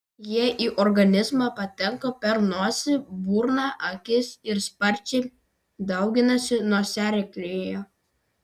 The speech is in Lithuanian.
jie į organizmą patenka per nosį burną akis ir sparčiai dauginasi nosiaryklėje